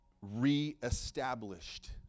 re-established